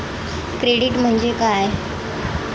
Credit म्हणजे काय?